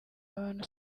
abantu